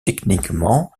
techniquement